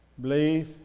Belief